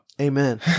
amen